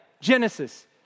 Genesis